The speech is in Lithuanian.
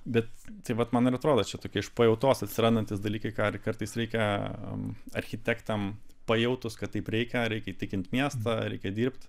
bet tai vat man ir atrodo čia tokie iš pajautos atsirandantys dalykai ką ir kartais reikia architektam pajautus kad taip reikia reikia įtikint miestą reikia dirbt